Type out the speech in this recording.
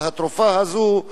אבל התרופה הזאת,